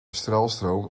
straalstroom